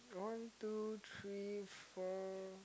one two three four